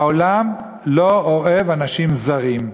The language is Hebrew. העולם לא אוהב אנשים זרים.